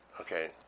okay